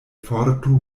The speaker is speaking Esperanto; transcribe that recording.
forto